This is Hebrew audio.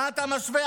מה אתה משווה?